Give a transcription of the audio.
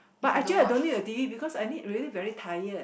but actually I don't need the t_v because I need really really tired